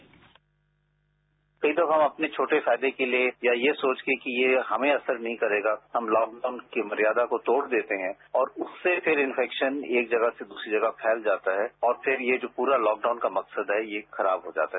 bite Guleria कई दफा हम अपने छोटे फायदे के लिये या ये सोच के कि ये हमें असर नहीं करेगा हम लॉकडाउन की मर्यादा को तोड़ देते हैं और उससे फिर इन्फैक्शन एक जगह से दूसरी जगह फैल जाता है और फिर यह जो पूरा लॉकडाउन का मकसद है यह खराब हो जाता है